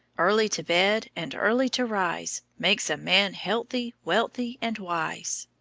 early to bed and early to rise makes a man healthy, wealthy and wise